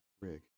rig